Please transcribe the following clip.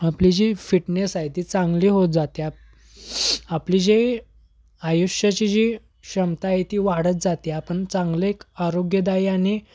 आपली जी फिटनेस आहे ती चांगली होत जाते आपली जे आयुष्याची जी क्षमता आहे ती वाढत जाते आपण चांगले एक आरोग्यदायी आणि